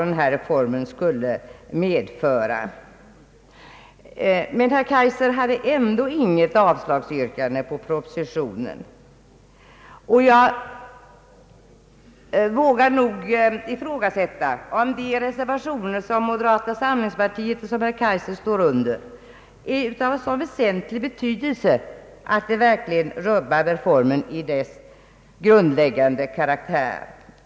Men herr Kaijser yrkade ändå inte avslag på propositionen. Jag vågar ifrågasätta om de reservationer från moderata samlingspartiet som herr Kaijser undertecknat är av sådan väsentlig betydelse att de verkligen skulle rubba reformens grundläggande karaktär.